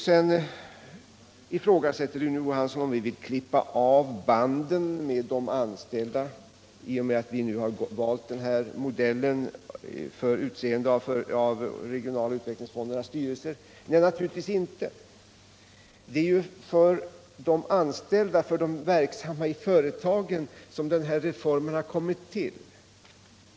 Sedan frågar Rune Johansson om vi vill klippa av banden med de anställda i och med att vi har valt den här modellen för utseende av de regionala utvecklingsfondernas styrelser. Nej, naturligtvis inte. Det är ju för de anställda, för de verksamma i företagen, som den här reformen har kommit till.